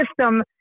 system